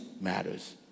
matters